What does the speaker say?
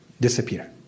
disappear